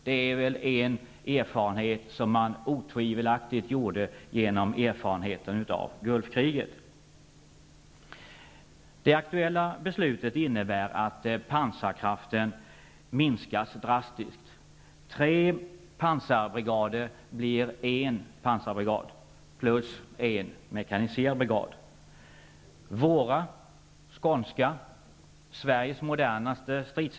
Det är en erfarenhet som man otvivelaktigt gjorde av Gulfkriget. Det aktuella beslutet innebär att pansarkraften minskas drastiskt. Tre pansarbrigader blir en pansarbrigad plus en mekaniserad brigad.